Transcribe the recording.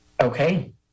Okay